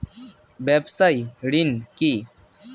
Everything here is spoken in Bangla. ব্যবসায় ঋণ কি?